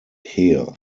here